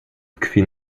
tkwi